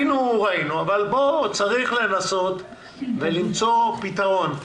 אבל צריך לנסות ולמצוא פתרון,